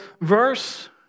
verse